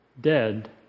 dead